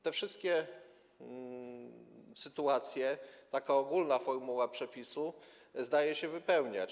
Te wszystkie sytuacje taka ogólna formuła przepisu zdaje się uwzględniać.